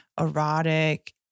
erotic